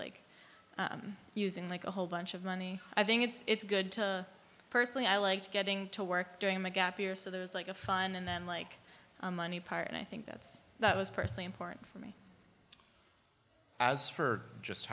like i'm using like a whole bunch of money i think it's good to personally i like getting to work during my gap year so there's like a fun and then like money part and i think that's that was personally important for me as for just